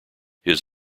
his